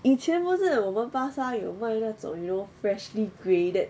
以前不是有我们巴刹有卖那种 you know freshly graded